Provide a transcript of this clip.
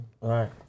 Right